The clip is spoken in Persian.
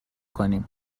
کنیم